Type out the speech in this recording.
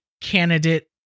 candidate